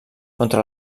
contra